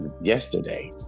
yesterday